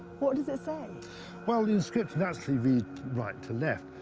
what does it say? well, the inscription actually reads right to left.